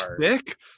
thick